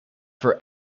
for